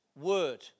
word